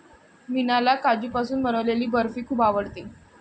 मीनाला काजूपासून बनवलेली बर्फी खूप आवडते